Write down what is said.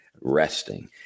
resting